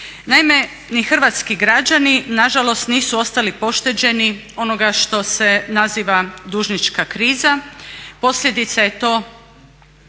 Naime, ni hrvatski građani nažalost nisu ostali pošteđeni onoga što se naziva dužnička kriza. Posljedica je to